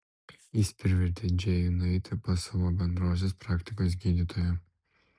jis privertė džėjų nueiti pas savo bendrosios praktikos gydytoją